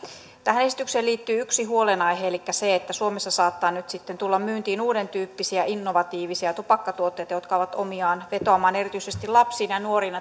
tähän esitykseen liittyy yksi huolenaihe elikkä se että suomessa saattaa nyt sitten tulla myyntiin uudentyyppisiä innovatiivisia tupakkatuotteita jotka ovat omiaan vetoamaan erityisesti lapsiin ja ja nuoriin